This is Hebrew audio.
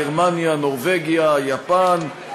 גרמניה, נורבגיה, יפן, הולנד,